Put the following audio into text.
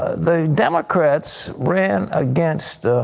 the democrats ran against